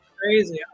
crazy